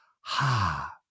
Ha